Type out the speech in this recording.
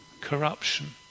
Corruption